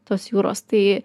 tos jūros tai